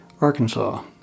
Arkansas